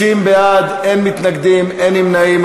60 בעד, אין מתנגדים, אין נמנעים.